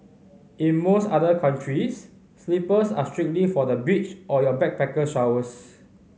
in most other countries slippers are strictly for the beach or your backpacker showers